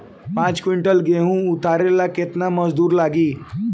पांच किविंटल गेहूं उतारे ला केतना मजदूर लागी?